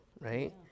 right